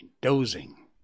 dozing